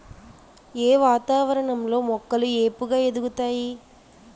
ఏ వాతావరణం లో మొక్కలు ఏపుగ ఎదుగుతాయి?